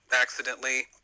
accidentally